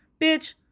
bitch